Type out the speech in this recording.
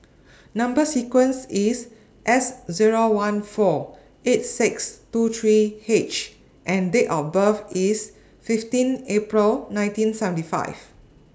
Number sequence IS S Zero one four eight six two three H and Date of birth IS fifteen April nineteen seventy five